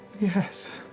yes,